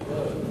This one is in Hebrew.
כן.